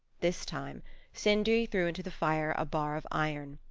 this time sindri threw into the fire a bar of iron.